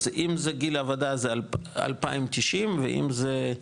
אז אם זה גיל עבודה זה 2,090 ₪ ואם זה,